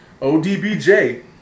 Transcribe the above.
ODBJ